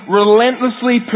relentlessly